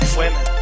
women